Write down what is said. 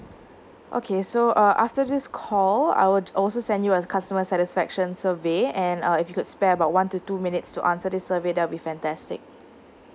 okay so uh after this call I will also send you a customer satisfaction survey and uh if you could spare about one to two minutes to answer this survey that will be fantastic